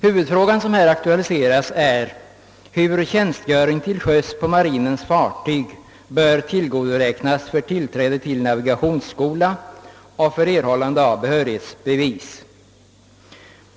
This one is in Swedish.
Huvudfrågan som här aktualiseras är hur tjänstgöring till sjöss på marinens fartyg bör tillgodoräknas för tillträde till navigationsskola och för erhållande av behörighetsbevis.